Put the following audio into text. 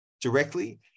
directly